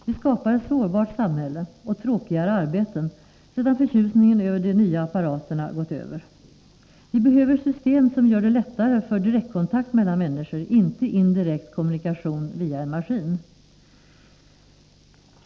Vi skapar ett sårbart samhälle och tråkigare arbeten, sedan förtjusningen över de nya apparaterna gått över. Vi behöver system som gör det lättare med direktkontakt mellan människor, inte indirekt kommunikation via en maskin.